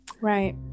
Right